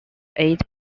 eight